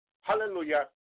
Hallelujah